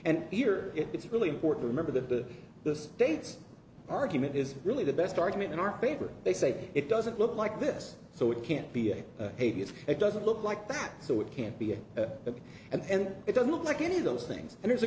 and here it's really important remember that the this dates argument is really the best argument in our favor they say it doesn't look like this so it can't be a baby if it doesn't look like that so it can't be a baby and it doesn't look like any of those things and